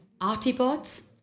Artibots